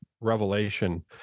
revelation